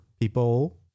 people